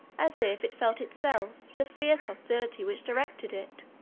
as if it felt itself the fierce hostility which directed it.